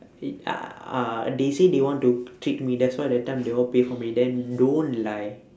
h~ uh they say they want to treat me that's why that time they all pay for me then don't lie